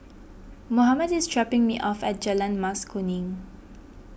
Mohammed is dropping me off at Jalan Mas Kuning